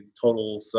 total